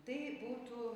tai būtų